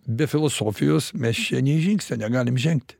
be filosofijos mes čia nė žingsnio negalim žengti